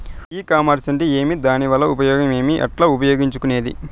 ఈ కామర్స్ అంటే ఏమి దానివల్ల ఉపయోగం ఏమి, ఎట్లా ఉపయోగించుకునేది?